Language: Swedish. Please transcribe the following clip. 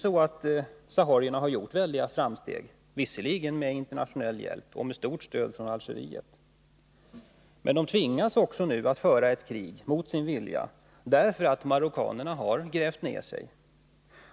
Saharierna har gjort väldiga framsteg, visserligen med internationell hjälp och med stort stöd från Algeriet. Men de tvingas nu att föra ett krig mot sin vilja därför att marockanerna har grävt ner sig.